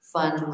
fun